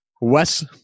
Wes